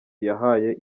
yahaye